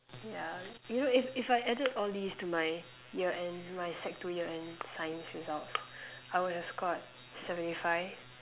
ya you know if if I added all these to my year end my sec two year end science results I would have scored seventy five